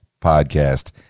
podcast